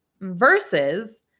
versus